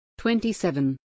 27